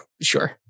sure